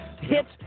hits